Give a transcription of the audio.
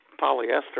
polyester